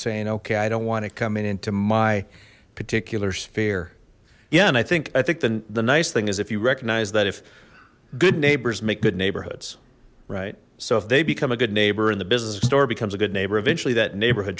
saying okay i don't want to come in into my particular sphere yeah and i think i think then the nice thing is if you recognize that if good neighbors make good neighborhoods right so if they become a good neighbor in the business of store becomes a good neighbor eventually that neighborhood